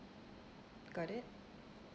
got it